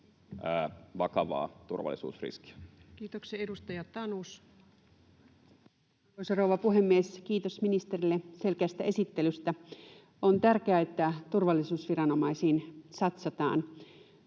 Content: Arvoisa rouva puhemies! Kiitos ministerille selkeästä esittelystä. On tärkeää, että turvallisuusviranomaisiin satsataan.